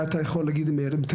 אם אתה